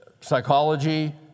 psychology